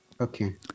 Okay